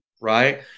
right